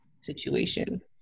situation